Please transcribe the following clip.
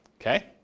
Okay